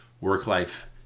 work-life